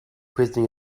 testing